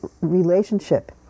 relationship